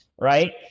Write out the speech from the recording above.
right